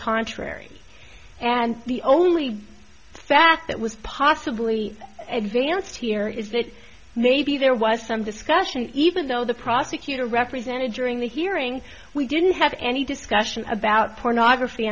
contrary and the only fact that was possibly advanced here is that maybe there was some discussion even though the prosecutor represented during the hearing we didn't have any discussion about pornography